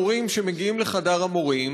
מורים שמגיעים לחדר המורים,